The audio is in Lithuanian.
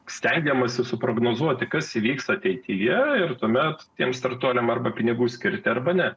stengiamasi suprognozuoti kas įvyks ateityje ir tuomet tiems startuoliams arba pinigų skirti arba ne